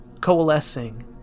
coalescing